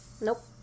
Nope